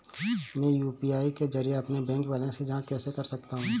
मैं यू.पी.आई के जरिए अपने बैंक बैलेंस की जाँच कैसे कर सकता हूँ?